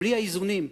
בלי האיזונים.